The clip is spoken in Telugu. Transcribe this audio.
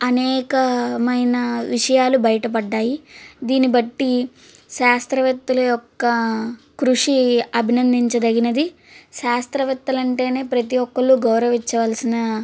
అనేకమైన విషయాలు బయటపడినాయి దీన్ని బట్టి శాస్త్రవేత్తల యొక్క కృషి అభినందించదగినది శాస్త్రవేత్తలు అంటేనే ప్రతి ఒక్కరు గౌరవించవలసిన